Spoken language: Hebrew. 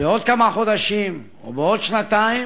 בעוד כמה חודשים או בעוד שנתיים,